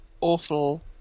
awful